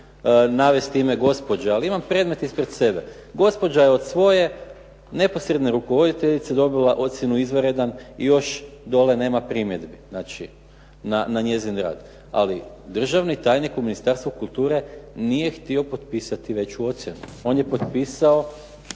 navesti ime gospođe, ali imam predmet ispred sebe. Gospođa je od svoje neposredne rukovoditeljice dobila ocjenu izvanredan i još dolje nema primjedbi, znači na njezin rad. Ali državni tajnik u Ministarstvu kulture nije htio potpisati veću ocjenu. On je potpisao